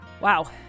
Wow